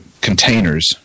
containers